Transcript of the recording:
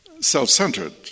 self-centered